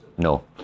no